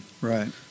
Right